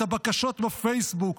את הבקשות בפייסבוק,